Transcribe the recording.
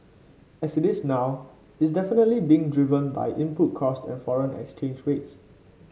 as it is now is definitely being driven by input costs and foreign exchange rates